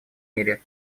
мире